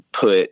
put